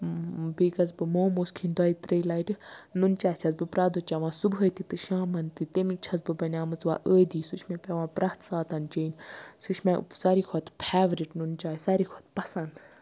بیٚیہِ گَژھٕ بہٕ موموز کھیٚنۍ دۄیہِ ترٛیٚیہِ لَٹہِ نُنہٕ چاے چھَس بہٕ پرٮ۪تھ دۄہ چیٚوان صُبحٲے تِتہٕ شامَن تہٕ تمِچ چھَس بہٕ بَنیمٕژ وۄنۍ عٲدی سُہ چھُ مےٚ پیٚوان پرٮ۪تھ ساتَن چیٚنۍ سُہ چھُ مےٚ ساروٕے کھۄتہٕ فیورِٹ نُنہٕ چاے ساروٕے کھۄتہٕ پَسَنٛد